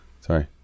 Sorry